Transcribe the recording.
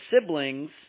siblings